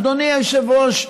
אדוני היושב-ראש,